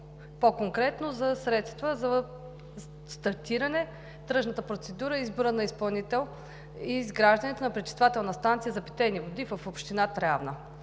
по-конкретно за средства за стартиране на тръжната процедура за избора на изпълнител и изграждането на пречиствателна станция за питейни води в община Трявна.